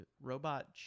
robot